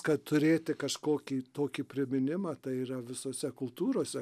kad turėti kažkokį tokį priminimą tai yra visose kultūrose